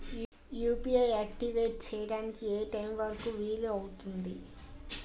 UPI activate చెయ్యడానికి ఏ time వరుకు వీలు అవుతుంది?